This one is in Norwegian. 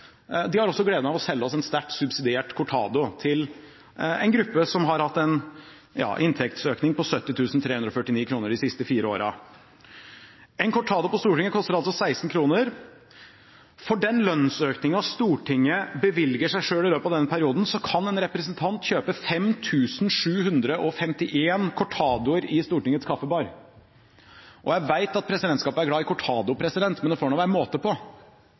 de blideste folkene jeg kjenner. De har også gleden av å selge oss en sterkt subsidiert cortado til en gruppe som har hatt en inntektsøkning på 70 349 kr de siste fire årene. En cortado på Stortinget koster altså 16 kr. For den lønnsøkningen Stortinget bevilger seg selv i løpet av denne perioden, kan en representant kjøpe 5 751 cortadoer i Stortingets kaffebar. Jeg vet at presidentskapet er glad i cortado, men det får da være måte på.